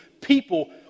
people